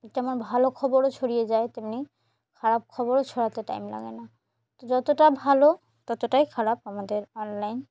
যেমন ভালো খবরও ছড়িয়ে যায় তেমনি খারাপ খবরও ছড়াতে টাইম লাগে না তো যতটা ভালো ততটাই খারাপ আমাদের অনলাইন